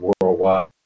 worldwide